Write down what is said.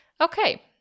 okay